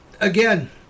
again